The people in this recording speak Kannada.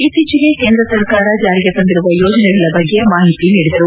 ಇತ್ತೀಚೆಗೆ ಕೇಂದ್ರ ಸರಕಾರ ಜಾರಿಗೆ ತಂದಿರುವ ಯೋಜನೆಗಳ ಬಗ್ಗೆ ಮಾಹಿತಿ ನೀಡಿದರು